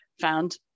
found